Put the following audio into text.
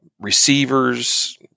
receivers